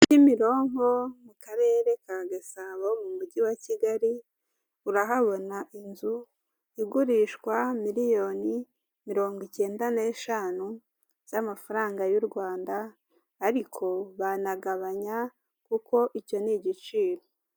Kimironko mu karere ka Gasabo mu mujyi wa Kigali, urahabona inzu igurishwa miriyoni mirongo icyenda n'eshanu z'amafaranga y' u Rwanda; ariko banagabanya kuko icyo ni igiciro.